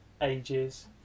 ages